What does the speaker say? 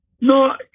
No